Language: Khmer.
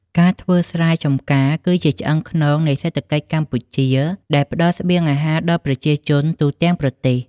ការធ្វើស្រែចម្ការគឺជាឆ្អឹងខ្នងនៃសេដ្ឋកិច្ចកម្ពុជាដែលផ្តល់ស្បៀងអាហារដល់ប្រជាជនទូទាំងប្រទេស។